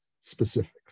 specifics